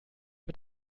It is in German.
mit